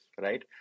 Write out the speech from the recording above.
right